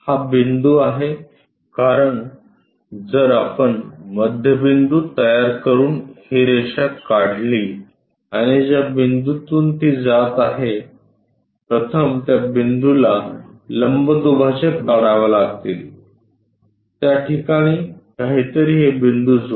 हा बिंदू आहे कारण जर आपण मध्यबिंदू तयार करून ही रेषा काढली आणि ज्या बिंदूतून ती जात आहे प्रथम त्या बिंदूला लंबदुभाजक काढावे लागतील त्या ठिकाणी काहीतरी हे बिंदू जोडा